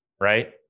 right